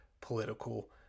political